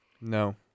no